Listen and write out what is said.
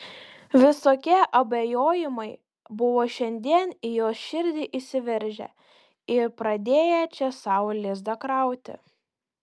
visokie abejojimai buvo šiandien į jos širdį įsiveržę ir pradėję čia sau lizdą krauti